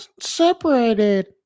separated